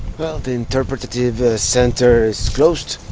well the interpretive center is closed.